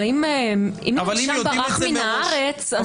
אבל אם נאשם ברח מן הארץ,